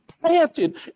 planted